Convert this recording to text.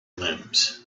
limbs